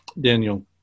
Daniel